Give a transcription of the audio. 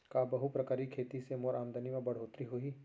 का बहुप्रकारिय खेती से मोर आमदनी म बढ़होत्तरी होही?